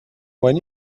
when